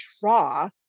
draw